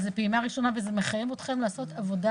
זה פעימה ראשונה ומחייב אתכם לעשות עבודה